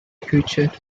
future